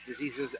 diseases